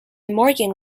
morgan